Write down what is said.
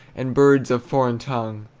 and birds of foreign tongue!